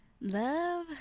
love